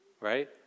right